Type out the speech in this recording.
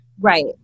Right